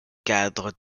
cadres